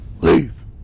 Leave